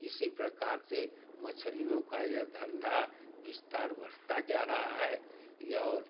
इसी प्रकार से मछलियों का यह धंधा विस्तार बढ़ता जा रहा है यह और